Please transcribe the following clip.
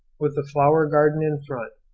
with the flower-garden in front,